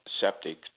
septic